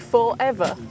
Forever